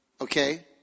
okay